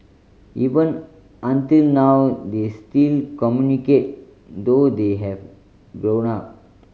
even until now they still communicate though they have grown up